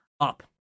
up